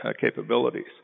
capabilities